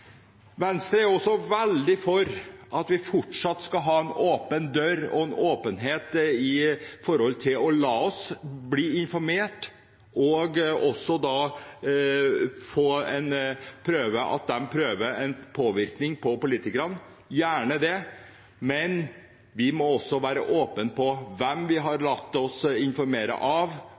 Venstre er også veldig for at vi fortsatt skal ha en åpen dør og åpenhet med tanke på å la oss bli informert og med tanke på at noen prøver å påvirke politikerne. Gjerne det – men vi må også være åpne om hvem vi har latt oss bli informert av,